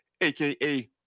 AKA